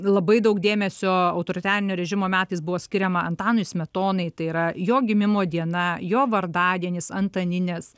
labai daug dėmesio autoritarinio režimo metais buvo skiriama antanui smetonai tai yra jo gimimo diena jo vardadienis antaninės